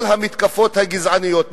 כל המתקפות הגזעניות.